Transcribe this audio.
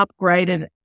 upgraded